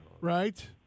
Right